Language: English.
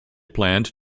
planned